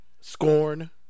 scorn